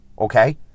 okay